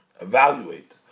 Evaluate